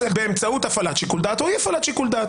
באמצעות הפעלת שיקול דעת או אי הפעלת שיקול דעת.